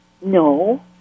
No